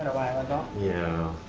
and while ago? yeah.